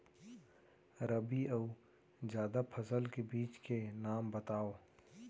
रबि अऊ जादा फसल के बीज के नाम बताव?